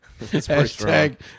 Hashtag